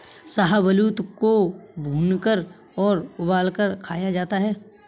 शाहबलूत को भूनकर और उबालकर खाया जाता है